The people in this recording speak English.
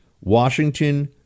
Washington